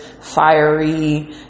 fiery